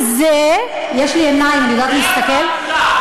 איך את יודעת שזה פג תוקף?